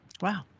Wow